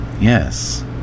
yes